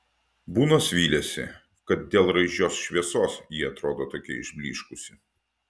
bunas vylėsi kad dėl raižios šviesos ji atrodo tokia išblyškusi